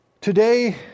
Today